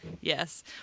Yes